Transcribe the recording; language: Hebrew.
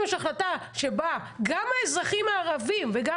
אם יש החלטה שבה גם האזרחים הערבים וגם